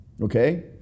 Okay